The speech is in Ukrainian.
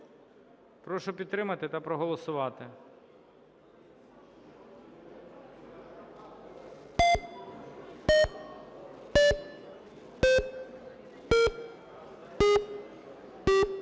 Прошу підтримати та проголосувати.